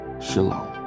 Shalom